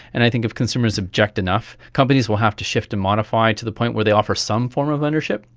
and i think if consumers object enough, companies will have to shift and modify to the point where they offer some form of ownership,